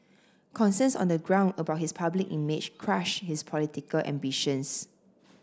concerns on the ground about his public image crushed his political ambitions